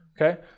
okay